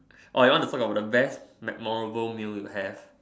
or you want the talk about the best memorable meal you have